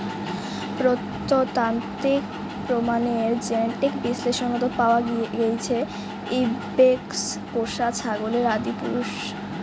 প্রত্নতাত্ত্বিক প্রমাণের জেনেটিক বিশ্লেষনত পাওয়া গেইছে ইবেক্স পোষা ছাগলের আদিপুরুষ